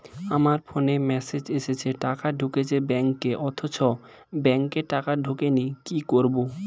আমার ফোনে মেসেজ এসেছে টাকা ঢুকেছে ব্যাঙ্কে অথচ ব্যাংকে টাকা ঢোকেনি কি করবো?